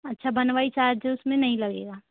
अच्छा बनवाई चार्ज उसमें नहीं लगेगा